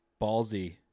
ballsy